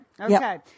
Okay